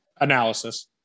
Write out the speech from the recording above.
Analysis